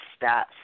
stats –